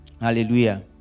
hallelujah